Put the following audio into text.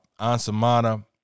Ansamana